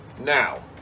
now